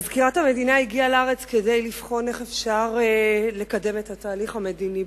מזכירת המדינה הגיעה לארץ כדי לבחון איך אפשר לקדם את התהליך המדיני,